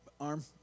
arm